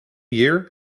year